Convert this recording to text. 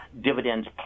dividends